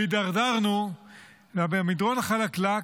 והידרדרנו במדרון החלקלק.